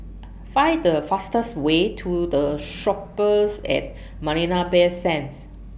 Find The fastest Way to The Shoppes At Marina Bay Sands